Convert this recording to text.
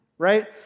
right